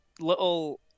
little